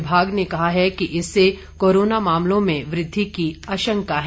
विभाग ने कहा है कि इससे कोरोना मामलों में वृद्धि की आंशका है